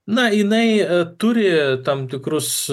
na jinai turi tam tikrus